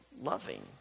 loving